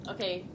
Okay